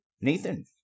Nathan